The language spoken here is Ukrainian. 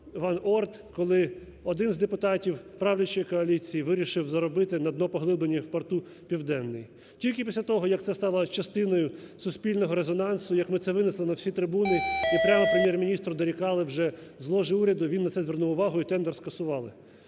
"Van Оord", коли один з депутатів правлячої коаліції вирішив заробити на днопоглибленні в порту "Південний". Тільки після того, як це стало частиною суспільного резонансу, як ми це винесли на всі трибуни і прямо Прем'єр-міністру дорікали вже з ложі уряду, він на це звернув увагу і тендер скасували.